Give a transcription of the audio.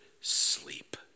sleep